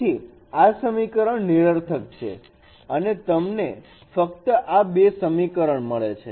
તેથી આ સમીકરણ નિરર્થક છે અને તમને ફક્ત આ બે સમીકરણ મળે છે